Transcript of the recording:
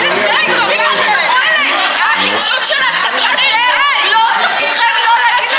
כנראה, חברת הכנסת רוזין, להשתיק אותנו.